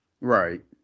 right